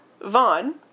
Vaughn